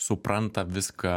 supranta viską